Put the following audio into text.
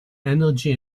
energy